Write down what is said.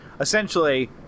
essentially